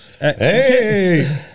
Hey